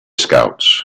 scouts